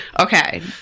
okay